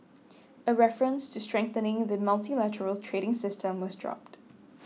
a reference to strengthening the multilateral trading system was dropped